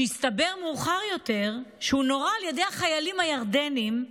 שהסתבר מאוחר יותר שהוא נורה על ידי החיילים הירדנים,